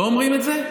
לא אומרים את זה?